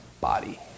body